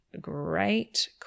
great